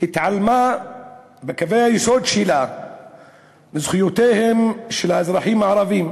התעלמה בקווי היסוד שלה מזכויותיהם של האזרחים הערבים